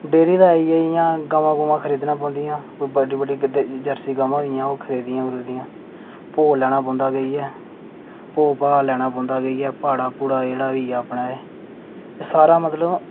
dairy दा आइया जि'यां गवां खरीदना पौंदियां जि'यां ओह् बड्डी बड्डी जरसी गवां होइयां ओह् खरीदियां भो लेना पौंदा जाइयै भो लेना पौंदा जाइयै भाड़ा होइया जि'यां एह् सारा मतलब